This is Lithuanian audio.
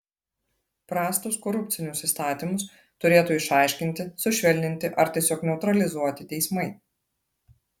prastus korupcinius įstatymus turėtų išaiškinti sušvelninti ar tiesiog neutralizuoti teismai